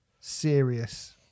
serious